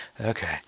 Okay